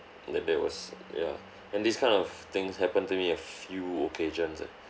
and then that was ya and this kind of things happen to me a few occasions eh